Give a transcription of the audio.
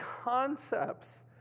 concepts